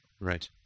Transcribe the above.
right